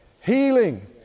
healing